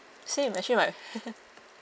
same actually my